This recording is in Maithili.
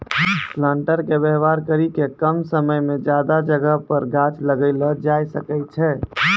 प्लांटर के वेवहार करी के कम समय मे ज्यादा जगह पर गाछ लगैलो जाय सकै छै